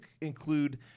include